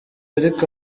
ariko